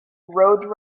road